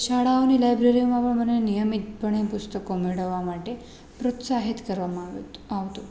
શાળાઓની લાઇબ્રેરીઓમાં પણ મને નિયમિત પણે પુસ્તકો મેળવવા માટે પ્રોત્સાહિત કરવામાં આવતું